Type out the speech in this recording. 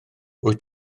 wyt